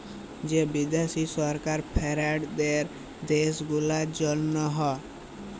যে বিদ্যাশি সরকার ফাল্ড দেয় দ্যাশ গুলার জ্যনহে